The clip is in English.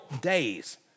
days